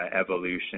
evolution